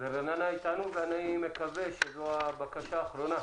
רננה איתנו, ואני מקווה שזאת הבקשה האחרונה.